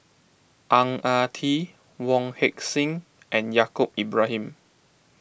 Ang Ah Tee Wong Heck Sing and Yaacob Ibrahim